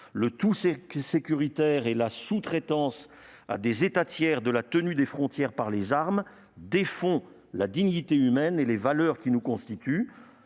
Le tout-sécuritaire et la sous-traitance à des États tiers de la tenue des frontières par les armes défont la dignité humaine et les valeurs qui nous constituent.